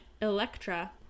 Electra